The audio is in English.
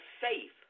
safe